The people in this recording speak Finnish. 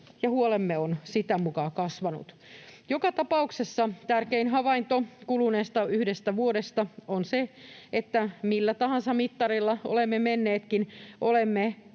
ja huolemme ovat sitä mukaa kasvaneet. Joka tapauksessa tärkein havainto kuluneesta yhdestä vuodesta on se, että millä tahansa mittarilla olemme menneetkin,